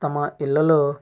తమ ఇళ్ళలో